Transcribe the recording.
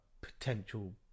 potential